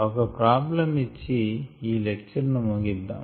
ఒక ప్రాబ్లమ్ ఇచ్చి ఈ లెక్చరును ముగిద్దాం